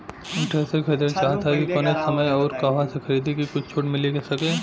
हम थ्रेसर खरीदल चाहत हइं त कवने समय अउर कहवा से खरीदी की कुछ छूट मिल सके?